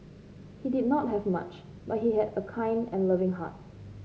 he did not have much but he had a kind and loving heart